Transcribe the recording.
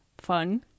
fun